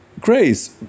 grace